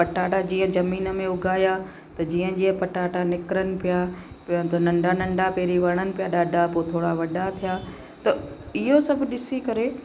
पटाटा जीअं जमीन में उगाया त जीअं जीअं पटाटा निकिरनि पिया पहिरों त नंढा नंढा पहिरीं वणनि पिया ॾाढा पोइ थोरो वॾा थिया त इहो सभु ॾिसी करे